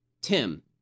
Tim